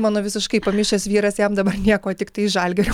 mano visiškai pamišęs vyras jam dabar nieko tiktai žalgirio